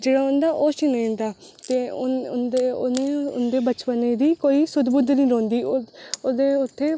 होंदा ओह् छिनी जंदा ते उंदे बचपने दी कोई सुध बुध नेईं रौंहदी ओहदे उत्थै